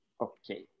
okay